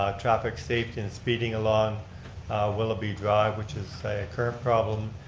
ah traffic safety and speeding along willoughby drive which is a current problem.